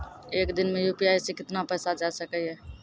एक दिन मे यु.पी.आई से कितना पैसा जाय सके या?